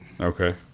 Okay